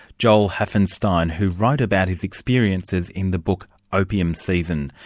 joel hafvenstein, who wrote about his experiences in the book opium season.